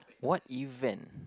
what event